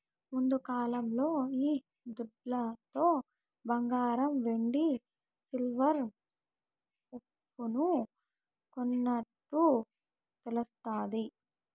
ముందుకాలంలో ఈ దుడ్లతో బంగారం వెండి సిల్వర్ ఉప్పును కొన్నట్టు తెలుస్తాది